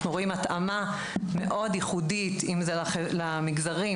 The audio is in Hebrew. אנחנו רואים התאמה מאוד ייחודית לכל סוגי המגזרים,